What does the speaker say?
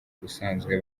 ubusanzwe